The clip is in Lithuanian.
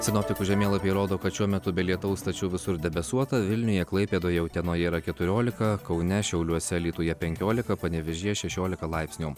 sinoptikų žemėlapiai rodo kad šiuo metu be lietaus tačiau visur debesuota vilniuje klaipėdoje utenoje yra keturiolika kaune šiauliuose alytuje penkiolika panevėžyje šešiolika laipsnių